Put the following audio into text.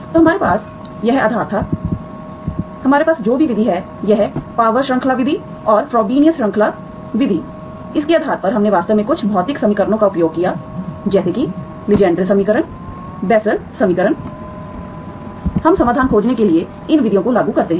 तो हमारे पास यह आधार था हमारे पास जो भी विधि है यह पावर श्रृंखला विधि और फ्रोबेनियस श्रृंखला विधि इसके आधार पर हमने वास्तव में कुछ भौतिक समीकरणों का उपयोग किया जैसे कि लीजेंड्रे समीकरण Legendre's equation बेसेल समीकरण हम समाधान खोजने के लिए इन विधियों को लागू करते हैं